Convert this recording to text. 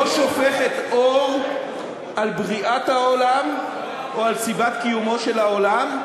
לא שופכת אור על בריאת העולם או על סיבת קיומו של העולם,